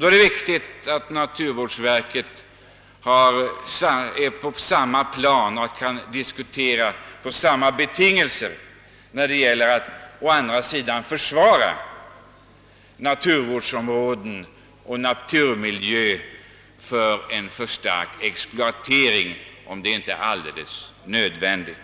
Då är det viktigt att naturvårdsverket står på samma plan och kan diskutera under samma betingelser när det gäller att försvara naturvårdsområden och naturvårdsmiljö mot en stark exploatering som inte alltid är alldeles nödvändig.